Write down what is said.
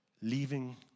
leaving